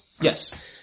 Yes